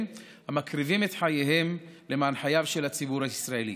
המקריבים את חייהם למען חייו של הציבור הישראלי.